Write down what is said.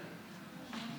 דרך אגב,